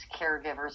caregivers